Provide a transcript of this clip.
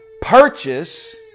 purchase